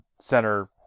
Center